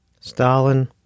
Stalin